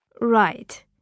right